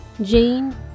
Jane